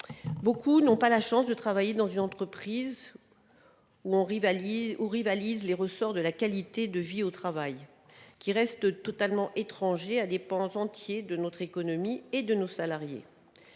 Beaucoup n'ont pas la chance de travailler dans une entreprise où rivalisent les ressorts de la qualité de vie au travail, un concept qui reste totalement étranger à des pans entiers de notre économie et de nos salariés.